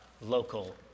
local